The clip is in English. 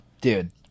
Dude